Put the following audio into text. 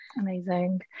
Amazing